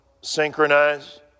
synchronize